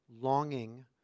longing